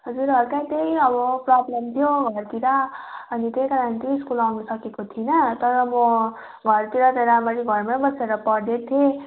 हजुर हल्का त्यही अब प्रोब्लम थियो घरतिर अनि त्यही कारण चाहिँ स्कुल आउनु सकेको थिइनँ तर म घरतिर त रामरी घरमै बसेर पढदै थिएँ